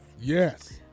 Yes